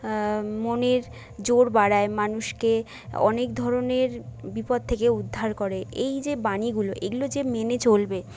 মনের জোর বাড়ায় মানুষকে অনেক ধরনের বিপদ থেকে উদ্ধার করে এই যে বাণীগুলো এগুলো যে মেনে চলবে